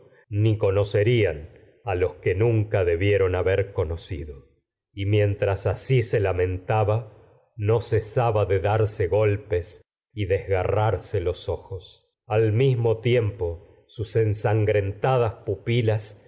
ni conocerían los se que nunca debieron no haber conocido y mientras asi lamentaba cesaba de darse golpes y desgarrarse los ojos al mismo tiem po no sus ensangrentadas pupilas